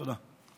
תודה.